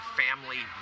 family